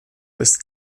ist